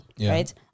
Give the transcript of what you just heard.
Right